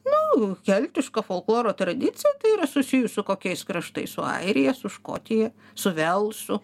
nu keltiško folkloro tradicija tai yra susijus su kokiais kraštais su airija su škotija su velsu